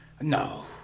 No